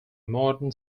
modern